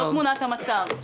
זאת תמונת המצב.